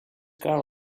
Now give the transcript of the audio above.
car